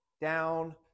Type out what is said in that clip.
down